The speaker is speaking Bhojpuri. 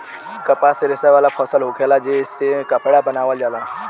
कपास रेशा वाला फसल होखेला जे से कपड़ा बनावल जाला